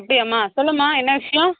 அப்படியாம்மா சொல்லும்மா என்ன விஷ்யம்